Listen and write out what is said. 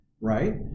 right